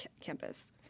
campus